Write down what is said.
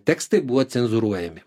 tekstai buvo cenzūruojami